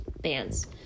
bands